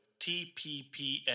TPPN